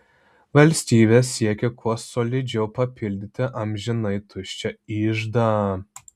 valstybė siekia kuo solidžiau papildyti amžinai tuščią iždą